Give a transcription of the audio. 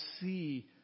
see